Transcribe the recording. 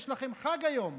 יש לכם חג היום,